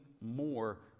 more